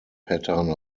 pattern